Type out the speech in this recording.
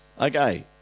okay